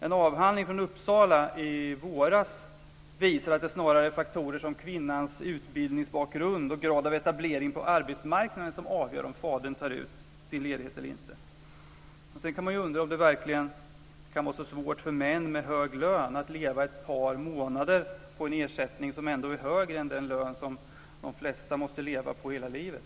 En avhandling i Uppsala från i våras visar att det är faktorer som kvinnans utbildningsbakgrund och grad av etablering på arbetsmarknaden som avgör om fadern tar ut sin ledighet eller inte. Sedan kan man undra om det verkligen kan vara så svårt för män med hög lön att leva ett par månader på en ersättning som ändå är högre än den lön som de flesta måste leva på hela livet.